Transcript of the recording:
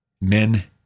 men